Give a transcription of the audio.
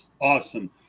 Awesome